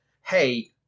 hey